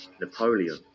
Napoleon